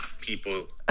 people